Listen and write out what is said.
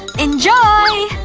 enjoy!